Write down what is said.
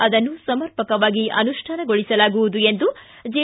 ಅದನ್ನು ಸಮರ್ಪಕವಾಗಿ ಅನುಷ್ಟಾನಗೊಳಿಸಲಾಗುವುದು ಎಂದು ಜೆ